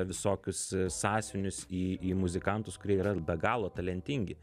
visokius sąsiuvinius į į muzikantus kurie yra be galo talentingi